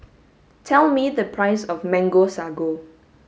tell me the price of Mango Sago